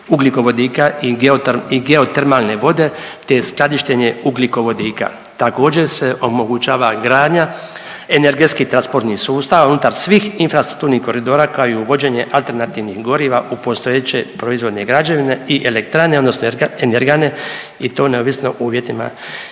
ugljikovodika i geotermalne vode, te skladištenje ugljikovodika. Također se omogućava gradnja energetskih transportnih sustava unutar svih transportnih koridora kao i uvođenje alternativnih goriva u postojeće proizvodne građevine i elektrane, odnosno energane i to neovisno uvjetima